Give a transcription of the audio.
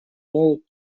ноут